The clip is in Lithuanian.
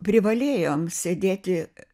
privalėjom sėdėti